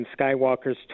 Skywalker's